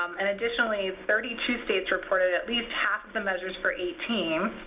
um and additionally, thirty two states reported at least half the measures for eighteen,